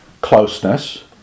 closeness